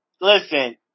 listen